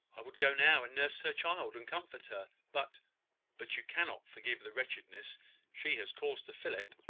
i would go now and nurse her child, and comfort her. but but you cannot forgive the wretchedness she has caused to philip.